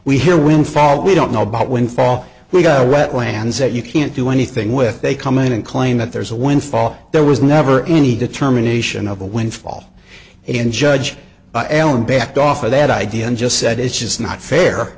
we hear windfall we don't know about windfall we got wet lands that you can't do anything with they come in and claim that there's a windfall there was never any determination of a windfall and judge ellen backed off of that idea and just said it's just not fair